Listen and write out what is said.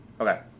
Okay